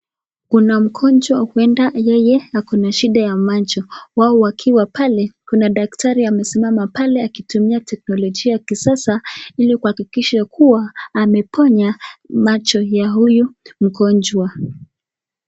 Kuna mgonjwa huenda yeye ako na shida ya macho .Wao wakiwa pale kuna daktari amesimama akitumia teknolojia ya kisasa ilikuhakikisha kuwa ameponya macho ya huyu mgonjwa.